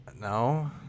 No